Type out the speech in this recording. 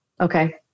Okay